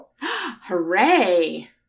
Hooray